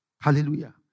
Hallelujah